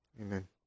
amen